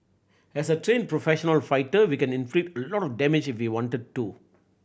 as a trained professional fighter we can inflict a lot of damage if we wanted to